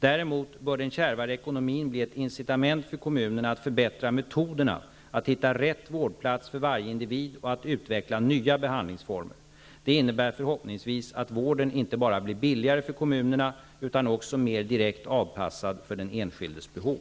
Däremot bör den kärvare ekonomin bli ett incitament för kommunerna att förbättra metoderna att hitta rätt vårdplats för varje individ och att utveckla nya behandlingsformer. Det innebär förhoppningsvis att vården inte bara blir billigare för kommunerna utan också mer direkt avpassad för den enskildes behov.